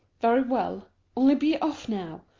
very well only be off now.